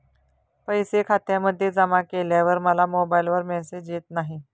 पैसे खात्यामध्ये जमा केल्यावर मला मोबाइलवर मेसेज येत नाही?